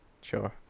sure